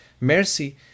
mercy